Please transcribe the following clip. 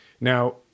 Now